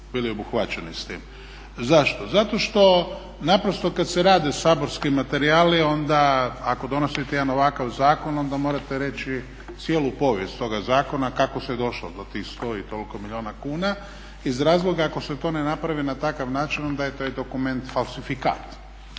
bili obuhvaćeni s tim. Zašto? Zato što naprosto kad se rade saborski materijali onda ako donosite jedan ovakav zakon onda morate reći cijelu povijest toga zakona kako se došlo do tih 100 i toliko milijuna kuna iz razloga ako se to ne napravi na takav način onda je taj dokument falsifikat